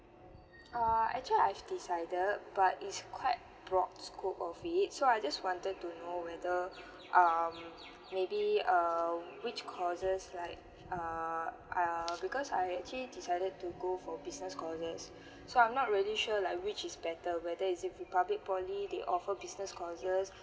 uh actually I have decided but it's quite broad scope of it so I just wanted to know whether um maybe err which courses like err err because I actually decided to go for business courses so I'm not really sure like which is better whether is it republic poly they offer business courses